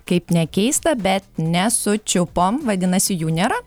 kaip nekeista bet nesučiupom vadinasi jų nėra